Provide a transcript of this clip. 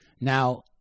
Now